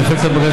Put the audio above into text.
של הבנק,